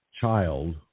child